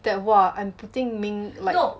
that !wah! I'm putting mink like